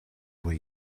way